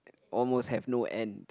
almost have no end